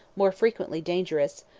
more frequently dangerous,